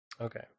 Okay